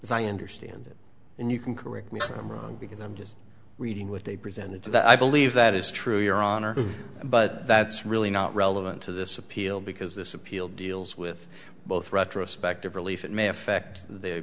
as i understand it and you can correct me if i'm wrong because i'm just reading what they presented to that i believe that is true your honor but that's really not relevant to this appeal because this appeal deals with both retrospective relief it may affect the